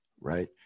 right